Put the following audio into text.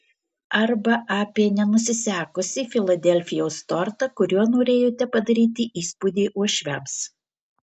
arba apie nenusisekusį filadelfijos tortą kuriuo norėjote padaryti įspūdį uošviams